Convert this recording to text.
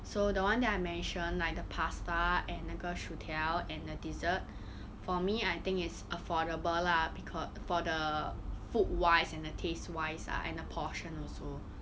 so the one that I mention like the pasta and 那个薯条 and the dessert for me I think it's affordable lah beca~ for the food wise and the taste wise ah and the portion also